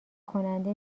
کننده